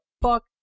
fuck